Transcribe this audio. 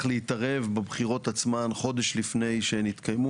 להתערב בבחירות עצמן חודש לפני שנתקיימו,